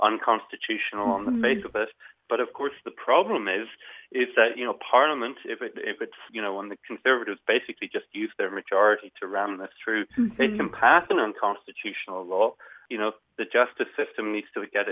unconstitutional in the midst of us but of course the problem is is that you know parliament if it if it's you know when the conservatives basically just use their majority to ram this through pass an unconstitutional law you know the justice system needs to get